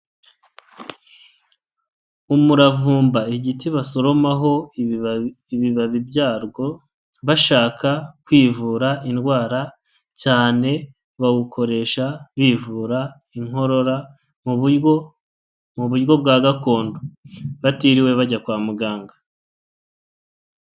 Umuravumba igiti basoromaho ibibabi byarwo bashaka kwivura indwara cyane bawukoresha bivura inkorora mu buryo mu buryo bwa gakondo batiriwe bajya kwa muganga.